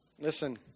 Listen